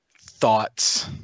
Thoughts